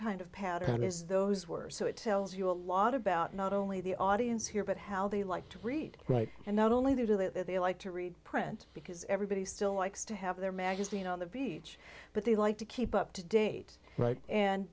kind of pattern is those were so it tells you a lot about not only the audience here but how they like to read write and not only do they like to read print because everybody still likes to have their magazine on the beach but they like to keep up to date